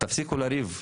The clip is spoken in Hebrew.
תפסיקו לריב,